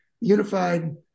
unified